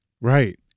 Right